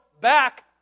back